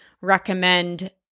recommend